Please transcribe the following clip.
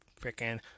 freaking